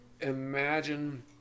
imagine